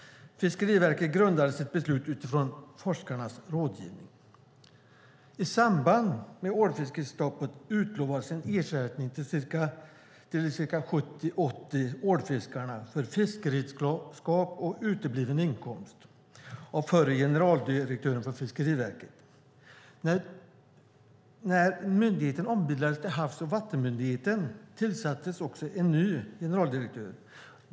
Fiskeriverket grundade sitt beslut på forskarnas rådgivning. I samband med ålfiskestoppet utlovades en ersättning till de 70-80 ålfiskarna för fiskeredskap och utebliven inkomst av förre generaldirektören för Fiskeriverket. När myndigheten ombildades till Havs och vattenmyndigheten tillsattes också en ny generaldirektör.